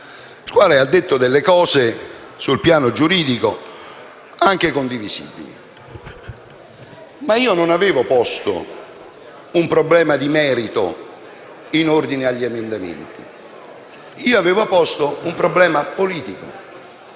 il quale ha detto delle cose anche condivisibili sul piano giuridico. Ma io non avevo posto un problema di merito in ordine agli emendamenti. Io avevo posto un problema politico